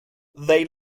they